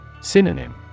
Synonym